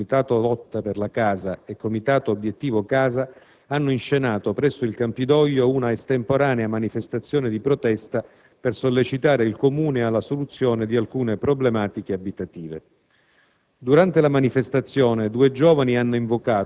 quando circa 300 persone aderenti a Action, Comitato lotta per la casa e Comitato obiettivo casa, hanno inscenato presso il Campidoglio un'estemporanea manifestazione di protesta per sollecitare il Comune alla soluzione di alcune problematiche abitative.